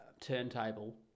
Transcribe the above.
turntable